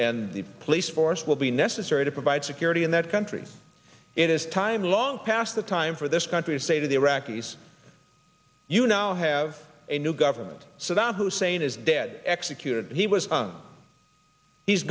and the police force will be necessary to provide security in that country it is time long past the time for this country say to the iraqis you now have a new government so that hussein is dead executed he was on he's